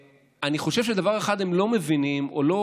ואני חושב שדבר אחד הם לא מבינים או לא